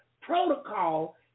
protocol